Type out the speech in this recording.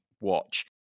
watch